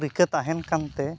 ᱨᱤᱠᱟᱹ ᱛᱟᱦᱮᱱ ᱠᱟᱱᱛᱮ